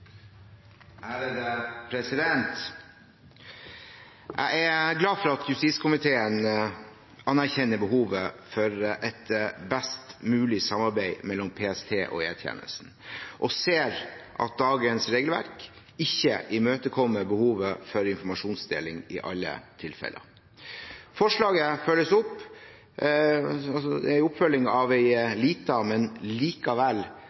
Jeg er glad for at justiskomiteen anerkjenner behovet for et best mulig samarbeid mellom PST og E-tjenesten og ser at dagens regelverk ikke imøtekommer behovet for informasjonsdeling i alle tilfeller. Forslaget er en oppfølging av en liten, men likevel